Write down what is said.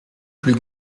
plus